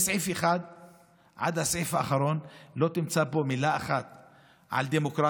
מסעיף 1 עד הסעיף האחרון לא תמצא בו מילה אחת על דמוקרטיה,